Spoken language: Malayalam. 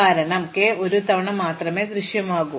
കാരണം k ഒരു തവണ മാത്രമേ ദൃശ്യമാകൂ